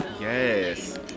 Yes